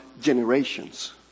Generations